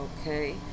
okay